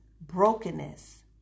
brokenness